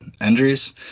injuries